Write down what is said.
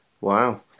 Wow